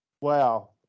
wow